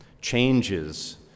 Changes